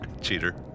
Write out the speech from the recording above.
Cheater